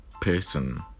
person